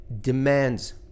demands